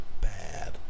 bad